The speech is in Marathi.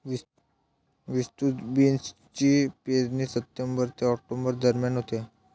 विस्तृत बीन्सची पेरणी सप्टेंबर ते ऑक्टोबर दरम्यान होते